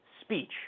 speech